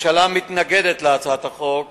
הממשלה מתנגדת להצעת החוק,